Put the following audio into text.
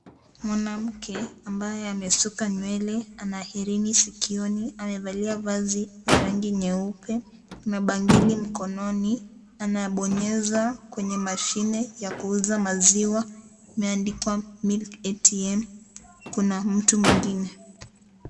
Mwanamke ambaye amesuka nywele ana herini simuoni amevalia suti ya rangi nyeupe na bangili mkononi ama bonyeza kwenye mashine ya kuuza maziwa imeandikwa(cs) MILK ATM(CS),kuna mtu mwingine.